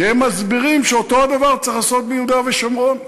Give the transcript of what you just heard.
שמסבירים שאת אותו הדבר צריך לעשות ביהודה ושומרון.